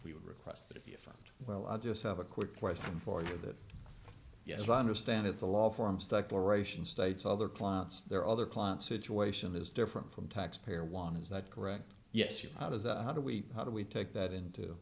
we would request that if you found well i just have a quick question for you that yes i understand that the law forms declaration states other clients there are other clients situation is different from taxpayer one is that correct yes you how does that how do we how do we take that into